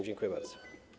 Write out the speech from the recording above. Dziękuję bardzo.